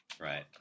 right